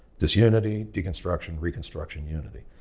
disunity, deconstruction, reconstruction, unity.